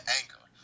anger